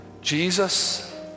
Jesus